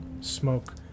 smoke